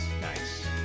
nice